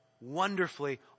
Wonderfully